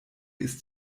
ist